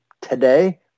today